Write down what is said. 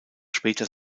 später